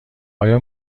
آیا